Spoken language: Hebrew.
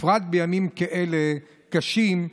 בפרט בימים כאלה קשים,